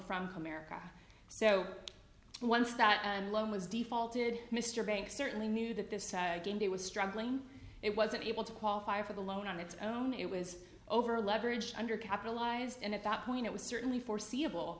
from america so once that loan was defaulted mr banks certainly knew that this was struggling it wasn't able to qualify for the loan on its own it was over leveraged under capitalized and at that point it was certainly foreseeable